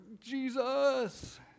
Jesus